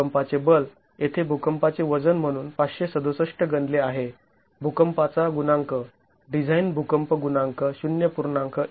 भुकंपाचे बल येथे भुकंपाचे वजन म्हणून ५६७ गणले आहे भूकंपाचा गुणांक डिझाईन भूकंप गुणांक ०